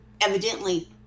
evidently